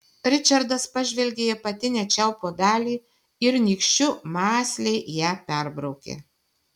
ričardas pažvelgė į apatinę čiaupo dalį ir nykščiu mąsliai ją perbraukė